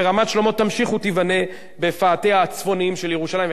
ורמת-שלמה תמשיך ותיבנה בפאתיה הצפוניות של ירושלים.